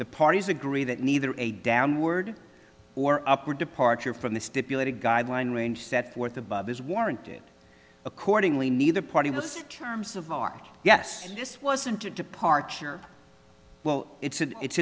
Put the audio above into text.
the parties agree that neither a downward or upward departure from the stipulated guideline range set forth above is warranted accordingly neither party was terms of art yes this wasn't a departure well it's an it's